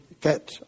get